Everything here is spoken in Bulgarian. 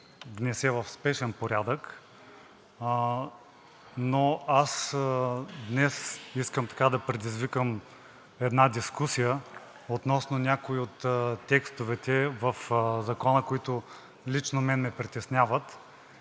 внесе в спешен порядък, но днес искам да предизвикам една дискусия относно някои от текстовете в Закона, които лично мен ме притесняват.